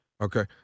Okay